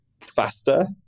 faster